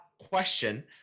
question